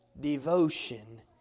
devotion